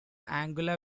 angular